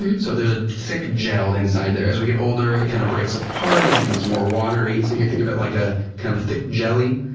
and so, there's a thick gel inside there. as we get older it kind of breaks apart, it becomes more watery. so think of it like a kind of a thick jelly,